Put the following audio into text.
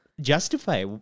justify